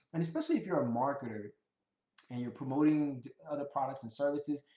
and especially if you're a marketer and you're promoting other products and services,